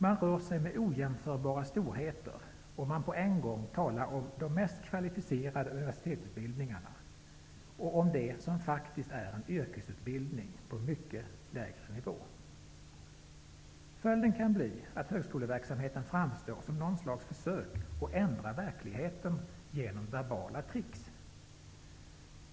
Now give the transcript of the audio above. Man rör sig med ojämförbara storheter, om man på en gång talar om de mest kvalificerade universitetsutbildningarna och om det som faktiskt är en yrkesutbildning på mycket lägre nivå. Följden kan bli, att högskoleverksamheten framstår som något slags försök att ändra verkligheten genom verbala tricks.